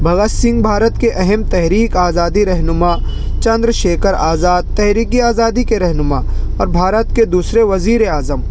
بھگت سنگھ بھارت کے اہم تحریکِ آزادی رہنما چندر شیکھر آزاد تحریکِ آزادی کے رہنما اور بھارت کے دوسرے وزیرِ اعظم